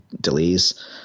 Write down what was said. delays